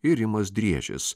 ir rimas driežis